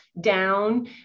down